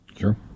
Sure